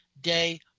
day